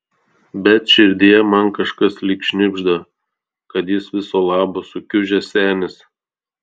bet širdyje man kažkas lyg šnibžda kad jis viso labo sukiužęs senis